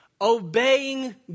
obeying